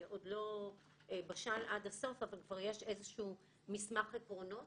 עוד לא בשל עד הסוף אבל כבר יש איזשהו מסמך עקרונות.